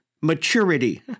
maturity